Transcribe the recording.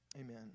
Amen